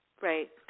Right